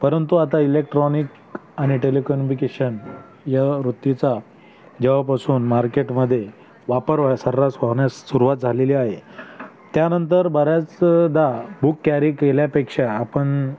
परंतु आता इलेक्ट्रॉनिक आणि टेलेकम्युनिकेशन या वृत्तीचा जेव्हापासून मार्केटमध्ये वापर व्हाय सर्रास होण्यास सुरुवात झालेली आहे त्यानंतर बऱ्याचदा बुक कॅरी केल्यापेक्षा आपण